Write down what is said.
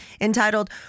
Entitled